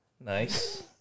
Nice